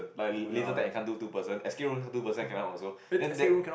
like laser tag you can't do two person escape room can't two person cannot also then that